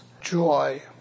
joy